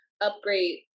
upgrade